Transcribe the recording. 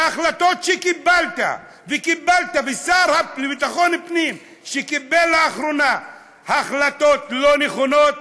וההחלטות שקיבלת ושהשר לביטחון הפנים קיבל לאחרונה הן החלטות לא נכונות,